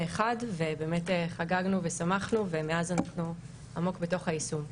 אחד ובאמת חגגנו ושמחנו ומאז אנחנו עמוק בתוך היישום.